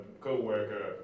co-worker